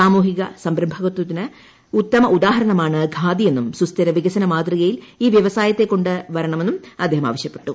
സാമൂഹിക സംരഭകത്തിന് ഉത്തമ ഉദാഹരണമാണ് ഖാദിയെന്നും സുസ്ഥിര വികസന മാതൃകയിൽ ഈ വ്യവസായത്തെ കൊണ്ട് വരണമെന്നും അദ്ദേഹം ആവശ്യപ്പെട്ടു